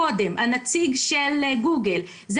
כך שהסיפור הוא לא